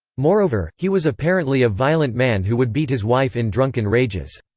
moreover, he was apparently a violent man who would beat his wife in drunken rages.